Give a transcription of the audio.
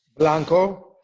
blanco.